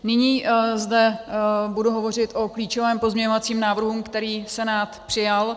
Nyní zde budu hovořit o klíčovém pozměňovacím návrhu, který Senát přijal.